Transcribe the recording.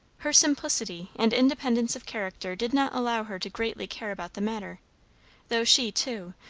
her simplicity and independence of character did not allow her to greatly care about the matter though she, too,